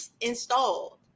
installed